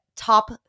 top